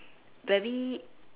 very